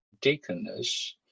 deaconess